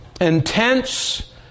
intense